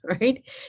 right